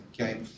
Okay